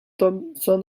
thomson